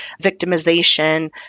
victimization